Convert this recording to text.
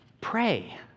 pray